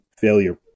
failure